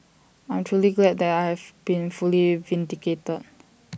I'm truly glad that I have been fully vindicated